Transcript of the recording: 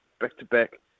back-to-back